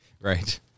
Right